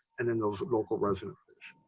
and then those local resident fish.